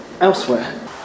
elsewhere